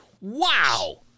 wow